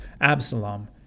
Absalom